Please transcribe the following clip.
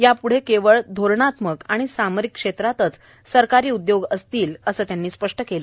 याप्ढे केवळ धोरणात्मक आणि सामरिक क्षेत्रातच सरकारी उद्योग असतील असं त्यांनी सांगितलं